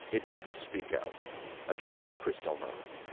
it didn't speak out against kristallnacht.